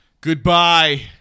goodbye